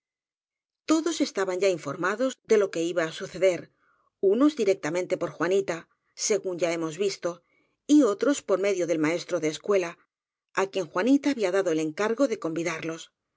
todos estaban ya informados de lo que iba á suceder unos directamente por juanita según ya hemos visto y otros por medio del maestro de escuela á quien juanita había dado el encargo de convidarlos